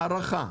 הערכה.